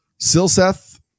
Silseth